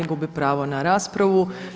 Gubi pravo na raspravu.